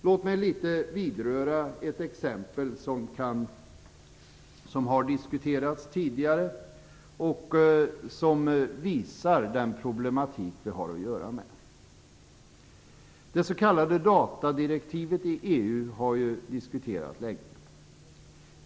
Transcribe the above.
Låt mig litet grand vidröra ett exempel som har diskuterats tidigare. Det visar på de problem vi har att göra med. Det s.k. datadirektivet inom EU har diskuterats länge.